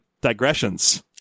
digressions